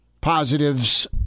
positives